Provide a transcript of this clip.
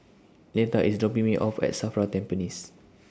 Neta IS dropping Me off At SAFRA Tampines